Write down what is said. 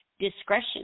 discretion